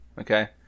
Okay